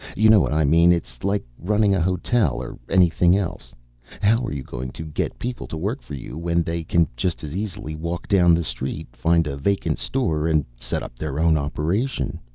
you know what i mean? it's like running a hotel or anything else how are you going to get people to work for you when they can just as easily walk down the street, find a vacant store and set up their own operation?